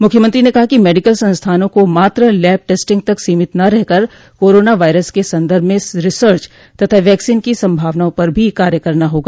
मुख्यमंत्री ने कहा कि मेडिकल संस्थानों का मात्र लैब टेस्टिंग तक सीमित न रहकर कोरोना वायरस के सन्दर्भ में रिसर्च तथा वैक्सीन की संभावनाओं पर भी कार्य करना होगा